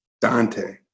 Dante